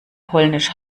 polnisch